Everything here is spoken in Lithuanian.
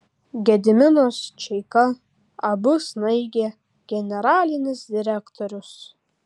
gediminas čeika ab snaigė generalinis direktorius